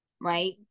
right